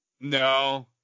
No